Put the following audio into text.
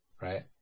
right